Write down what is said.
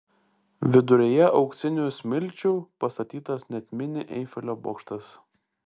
viduryje auksinių smilčių pastatytas net mini eifelio bokštas